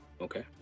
Okay